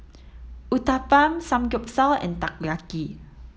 Uthapam Samgeyopsal and Takoyaki